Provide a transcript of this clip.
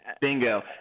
Bingo